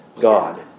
God